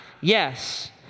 yes